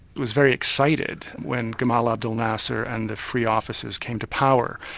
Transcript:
was very excited when gamal abdul nasser and the free officers came to power.